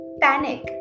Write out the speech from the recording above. Panic